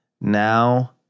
Now